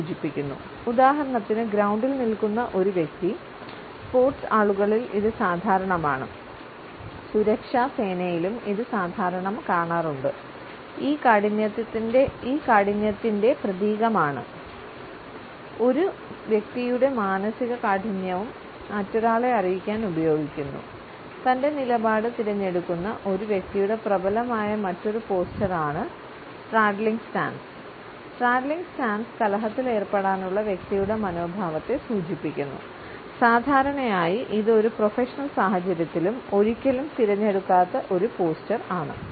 straddling stance കലഹത്തിൽ ഏർപ്പെടാനുള്ള വ്യക്തിയുടെ മനോഭാവത്തെ സൂചിപ്പിക്കുന്നു സാധാരണയായി ഇത് ഒരു പ്രൊഫഷണൽ സാഹചര്യത്തിലും ഒരിക്കലും തിരഞ്ഞെടുക്കാത്ത ഒരു പോസ്ചർ ആണ്